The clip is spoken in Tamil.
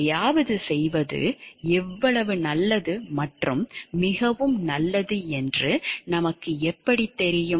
எதையாவது செய்வது எவ்வளவு நல்லது மற்றும் மிகவும் நல்லது என்று நமக்கு எப்படித் தெரியும்